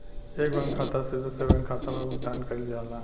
एक बैंक खाता से दूसरे बैंक खाता में भुगतान कइल जाला